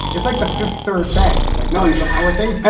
it's like the fifth third bank like, no, he's the fourth. and